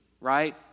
right